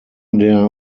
der